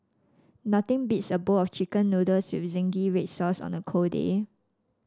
nothing beats a bowl of chicken noodles with zingy red sauce on a cold day